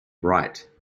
right